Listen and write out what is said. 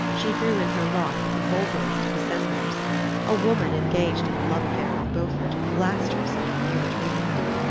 she threw in her lot with the vulgarest of dissemblers a woman engaged in a love affair with beaufort classed herself irretrievably.